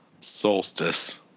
solstice